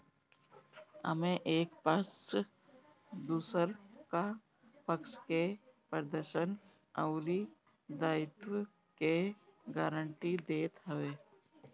एमे एक पक्ष दुसरका पक्ष के प्रदर्शन अउरी दायित्व के गारंटी देत हवे